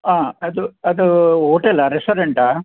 ಆಂ ಅದು ಅದು ಓಟೆಲಾ ರೆಸ್ಟೊರೆಂಟಾ